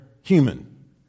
human